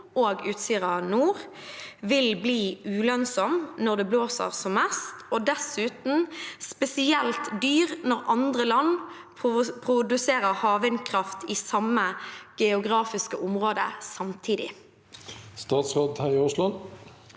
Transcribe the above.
og Utsira Nord vil bli ulønnsom når det blåser som mest, og dessuten spesielt dyr når andre land produserer havvindkraft i samme geografiske område samtidig?» Statsråd Terje Aasland